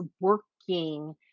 working